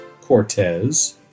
Cortez